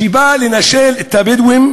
שבא לנשל את הבדואים